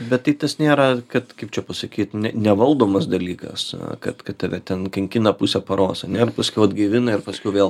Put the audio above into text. bet tai nėra kad kaip čia pasakyt ne nevaldomas dalykas kad kad tave ten kankina pusę paros ane ir paskiau atgaivina ir paskiau vėl